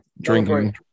drinking